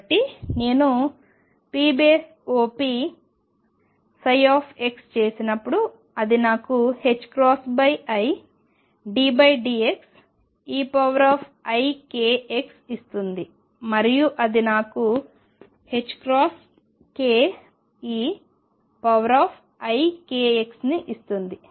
కాబట్టి నేను popψ చేసినప్పుడు అది నాకు iddx eikx ఇస్తుంది మరియు అది నాకు k eikxని ఇస్తుంది